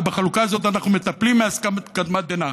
ובחלוקה הזאת אנחנו מטפלים מקדמת דנא.